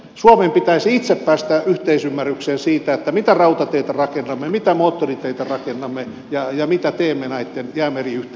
suomen pitäisi itse päästä yhteisymmärrykseen siitä mitä rautateitä rakennamme mitä moottoriteitä rakennamme ja mitä teemme näitten jäämeri yhteyksien kanssa